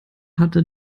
hatte